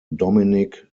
dominic